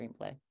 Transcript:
screenplay